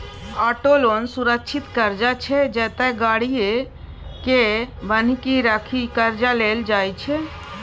auto loan सुरक्षित करजा छै जतय गाड़ीए केँ बन्हकी राखि करजा लेल जाइ छै